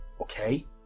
Okay